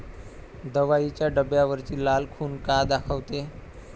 दवाईच्या डब्यावरची लाल खून का दाखवते?